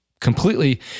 completely